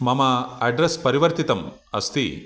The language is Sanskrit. मम अड्रस् परिवर्तितम् अस्ति